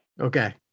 Okay